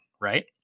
right